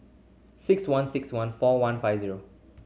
six one six one four one five zero